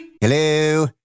Hello